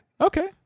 Okay